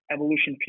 Evolution